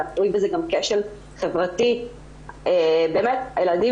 יש זה גם כשל חברתי באמת הילדים